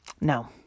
No